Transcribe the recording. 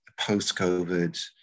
post-COVID